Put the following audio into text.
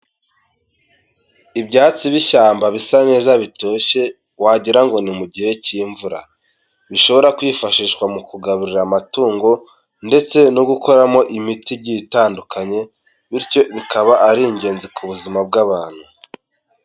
Ibyatsi by'ishyamba bisa neza bitoshye, wagira ngo ni mu gihe cy'imvura. Bishobora kwifashishwa mu kugabururira amatungo ndetse no gukoramo imiti itandukanye, bityo bikaba ari ingenzi ku buzima bw'abantu.